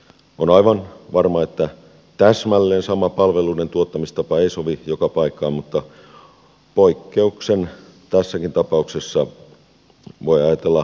on aivan varmaa että täsmälleen sama palveluiden tuottamistapa ei sovi joka paikkaan mutta poikkeuksen voi tässäkin tapauksessa ajatella vahvistavan sääntöä